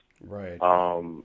Right